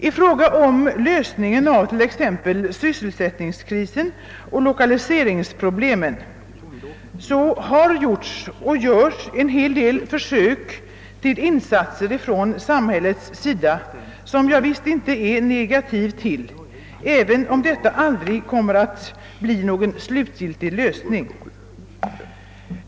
För att åstadkomma en lösning av t.ex. sysselsättningskrisen och lokaliseringsproblemen har samhället gjort och gör en hel del försök till insatser, som jag visst inte ställer mig negativ till, även om detta aldrig kommer att bli någon slutgiltig lösning.